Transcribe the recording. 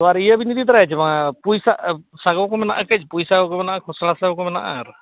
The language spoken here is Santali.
ᱟᱨ ᱤᱭᱟᱹ ᱵᱤᱱ ᱤᱫᱤ ᱛᱚᱨᱟᱭᱟ ᱥᱮ ᱵᱟᱝ ᱯᱩᱭᱥᱟ ᱯᱩᱭᱥᱟ ᱠᱚ ᱢᱮᱱᱟᱜᱼᱟ ᱠᱷᱚᱥᱲᱟ ᱠᱚ ᱢᱮᱱᱟᱜᱼᱟ